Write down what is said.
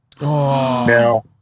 Now